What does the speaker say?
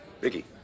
Vicky